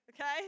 okay